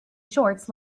shorts